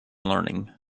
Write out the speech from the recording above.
learning